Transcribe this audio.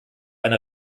eine